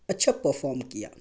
اچھا پرفام کیا